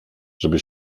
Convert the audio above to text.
żeby